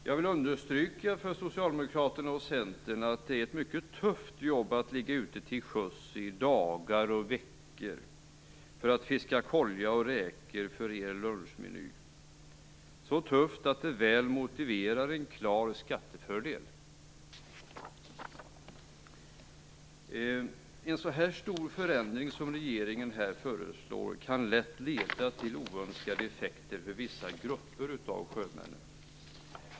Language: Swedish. Jag vill betona för socialdemokraterna och Centern att det är ett mycket tufft jobb att ligga ute till sjöss i dagar och veckor för att fiska kolja och räkor till er lunchmeny. Det är så tufft att det väl motiverar en klar skattefördel. En sådan här stor förändring som regeringen föreslår kan lätt leda till oönskade effekter för vissa grupper av sjömännen.